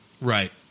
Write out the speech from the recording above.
Right